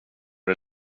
det